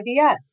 ibs